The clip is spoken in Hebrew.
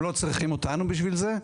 הם לא צריכים אותנו בשביל זה.